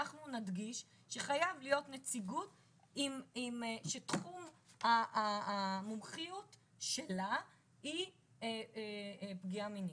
אנחנו נדגיש שחייבת להיות נציגות שתחום המומחיות שלה היא פגיעה מינית,